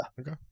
okay